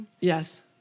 Yes